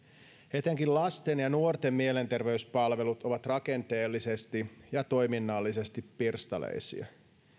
etenkin lasten ja nuorten mielenterveyspalvelut ovat rakenteellisesti ja toiminnallisesti pirstaleisia